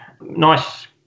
nice